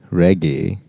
reggae